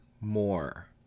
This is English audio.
more